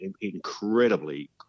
incredibly